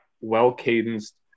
well-cadenced